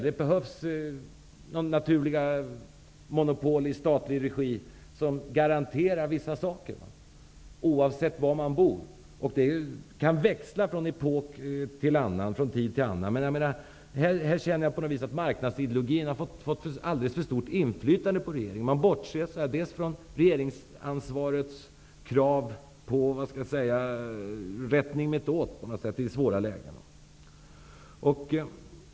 Det behövs naturliga monopol i statlig regi som garanterar vissa saker oavsett var man bor. Det kan växla från epok till annan, från tid till annan, men här känner jag att marknadsideologin har fått alldeles för stort inflytande på regeringen. Man bortser från regeringsansvarets krav på rättning mittåt i svåra lägen.